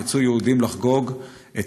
יצאו יהודים לחגוג את